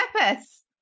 purpose